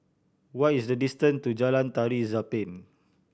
what is the distant to Jalan Tari Zapin